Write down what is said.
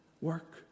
work